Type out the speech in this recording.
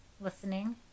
listening